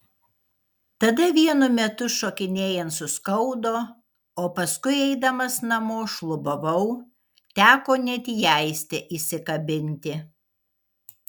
tada vienu metu šokinėjant suskaudo o paskui eidamas namo šlubavau teko net į aistę įsikabinti